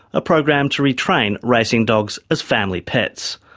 a program to retrain racing dogs as family pets.